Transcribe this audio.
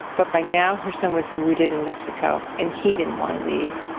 but by now, her son was rooted in mexico and he didn't want to leave,